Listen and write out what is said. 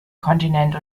kontinent